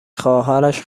خواهرش